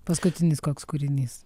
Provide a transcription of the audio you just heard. paskutinis koks kūrinys